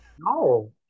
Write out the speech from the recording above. No